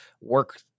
work